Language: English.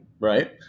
right